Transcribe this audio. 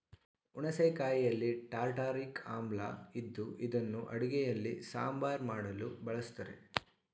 ಹುಣಸೆ ಕಾಯಿಯಲ್ಲಿ ಟಾರ್ಟಾರಿಕ್ ಆಮ್ಲ ಇದ್ದು ಇದನ್ನು ಅಡುಗೆಯಲ್ಲಿ ಸಾಂಬಾರ್ ಮಾಡಲು ಬಳಸ್ತರೆ